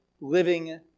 living